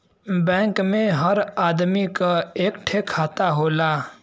bank मे हर आदमी क एक ठे खाता होला